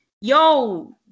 yo